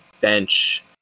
bench